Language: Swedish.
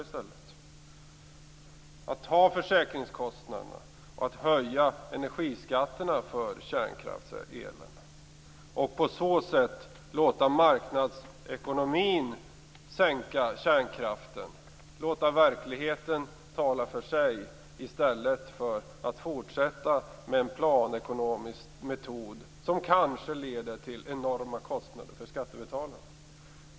Är ni beredda att låta kärnkraftsindustrin ta försäkringskostnaderna och att höja energiskatterna för kärnkraftselen och på så sätt låta marknadsekonomin sänka kärnkraften - låta verkligheten tala för sig i stället för att fortsätta med en planekonomisk metod som kanske leder till enorma kostnader för skattebetalarna?